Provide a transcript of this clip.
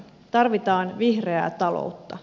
tarvitaan vihreää taloutta